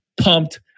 pumped